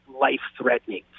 life-threatening